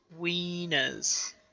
wieners